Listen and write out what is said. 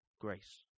grace